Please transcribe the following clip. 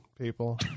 people